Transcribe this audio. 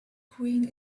crane